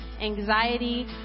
anxiety